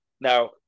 now